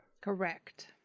Correct